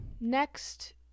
next